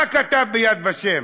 מה הוא הוא כתב ב"יד ושם"?